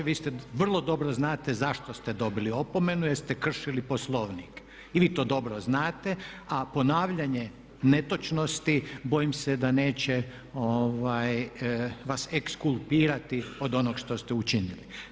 Vi vrlo dobro znate zašto ste dobili opomenu jer ste kršili Poslovnik i vi to dobro znate a ponavljanje netočnosti bojim se da neće vas ekskulpirati od onog što ste učinili.